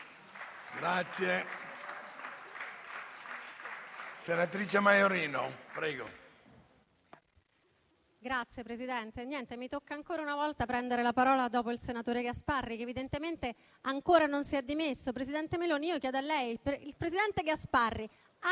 *(M5S)*. Signor Presidente, mi tocca ancora una volta prendere la parola dopo il senatore Gasparri, che evidentemente ancora non si è dimesso. Presidente Meloni, lo chiedo a lei: il presidente Gasparri ha